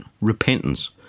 repentance